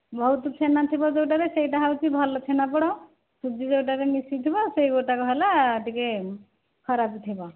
ବହୁତ ଛେନା ଥିବ ଯେଉଁଟାରେ ସେଇଟା ହେଉଛି ଭଲ ଛେନାପୋଡ଼ ସୁଜି ଯେଉଁଟାରେ ମିଶିଥିବ ସେ ଗୋଟାକ ହେଲା ଟିକିଏ ଖରାପ ଥିବ